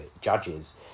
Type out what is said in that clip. judges